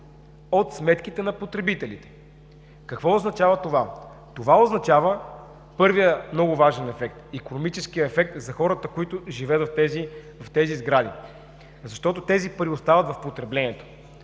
от сметките на потребителите. Какво означа това? Първият много важен ефект: икономическият ефект е за хората, които живеят в тези сгради, защото парите остават в потреблението,